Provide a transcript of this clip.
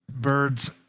Birds